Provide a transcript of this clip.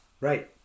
Right